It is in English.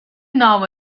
now